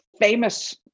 famous